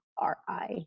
R-I